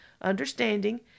understanding